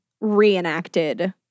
reenacted